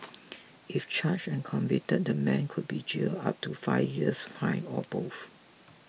if charged and convicted the man could be jailed up to five years fined or both